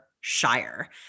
shire